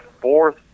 fourth